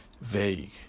vague